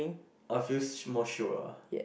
a few more show ah